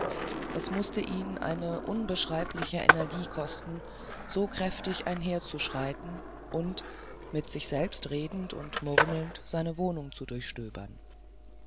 es mußte ihn eine unbeschreibliche energie kosten so kräftig einherzuschreiten und mit sich selber redend und murmelnd seine wohnung zu durchstöbern